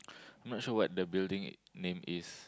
I'm not sure what the building name is